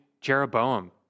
Jeroboam